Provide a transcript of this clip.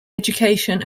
education